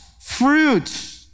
fruit